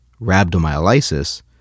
rhabdomyolysis